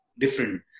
different